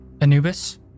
Anubis